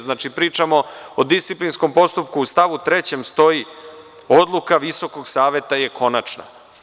Znači, pričamo o disciplinskom postupku u stavu 3. stoji – oduka Visokog sveta je konačna.